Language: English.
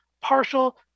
partial